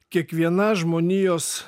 kiekviena žmonijos